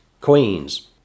queens